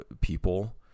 people